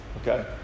okay